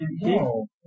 Whoa